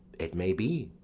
it may be,